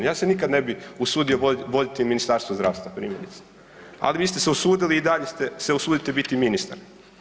Ja se nikad ne bi usudio voditi Ministarstvo zdravstva primjerice, al vi ste se usudili i dalje ste, se usudite biti ministar.